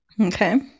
Okay